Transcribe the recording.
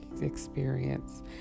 experience